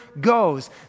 goes